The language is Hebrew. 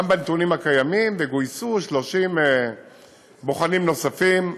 גם בנתונים הקיימים, וגויסו 30 בוחנים נוספים,